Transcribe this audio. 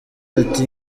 ati